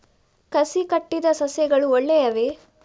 ಕಸಿ ಕಟ್ಟಿದ ಸಸ್ಯಗಳು ಒಳ್ಳೆಯವೇ?